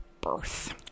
birth